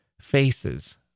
faces